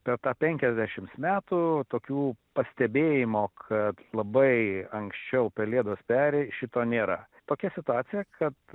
per tą penkiasdešimt metų tokių pastebėjimo kad labai anksčiau pelėdos peri šito nėra tokia situacija kad